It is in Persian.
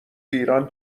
ایران